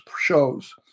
shows